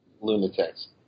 lunatics